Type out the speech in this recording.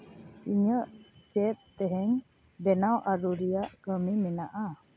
ᱤᱧᱟᱹᱜ ᱪᱮᱫ ᱛᱮᱦᱤᱧ ᱵᱮᱱᱟᱣ ᱟᱹᱨᱩ ᱨᱮᱭᱟᱜ ᱠᱟᱹᱢᱤ ᱢᱮᱱᱟᱜᱼᱟ